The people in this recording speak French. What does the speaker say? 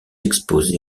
exposés